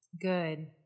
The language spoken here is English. Good